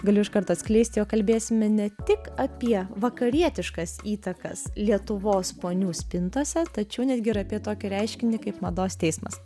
galiu iš karto atskleisti jog kalbėsime ne tik apie vakarietiškas įtakas lietuvos ponių spintose tačiau netgi ir apie tokį reiškinį kaip mados teismas